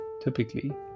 typically